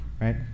Right